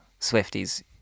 Swifties